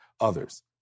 others